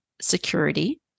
security